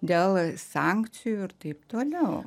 dėl sankcijų ir taip toliau